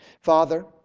Father